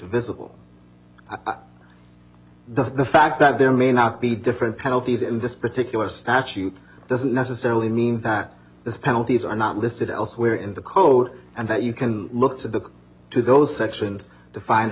visible the fact that there may not be different penalties in this particular statute doesn't necessarily mean that the penalties are not listed elsewhere in the code and that you can look to the to those sections to find